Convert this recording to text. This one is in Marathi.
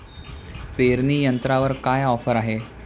पेरणी यंत्रावर काय ऑफर आहे?